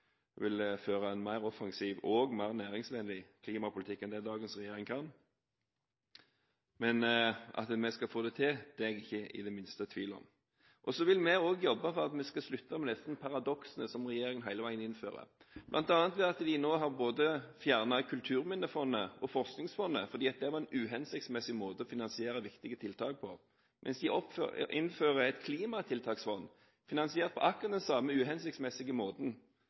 føre en mer offensiv og næringsvennlig klimapolitikk enn det dagens regjering kan. Men at vi skal få det til, er jeg ikke i det minste tvil om. Vi vil også jobbe for at vi skal få en slutt på disse paradoksene som regjeringen hele tiden innfører. Regjeringen har nå bl.a. fjernet både Kulturminnefondet og Forskningsfondet fordi det var en uhensiktsmessig måte å finansiere viktige tiltak på, men innfører et klimatiltaksfond finansiert på akkurat den samme uhensiktsmessige måten.